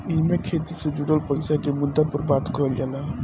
एईमे खेती से जुड़ल पईसा के मुद्दा पर बात करल जाला